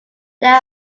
there